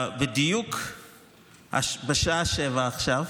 בדיוק בשעה 19:00, עכשיו,